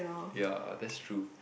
ya that's true